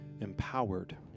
empowered